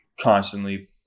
constantly